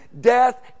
death